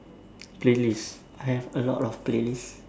playlist I have a lot of playlist